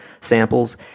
samples